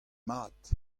mat